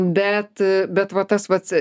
bet bet va tas vat